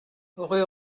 rue